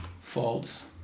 false